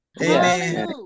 Amen